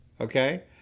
okay